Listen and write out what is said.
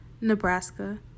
Nebraska